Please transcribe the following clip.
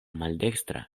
maldekstra